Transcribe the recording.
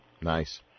Nice